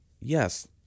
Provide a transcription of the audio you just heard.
yes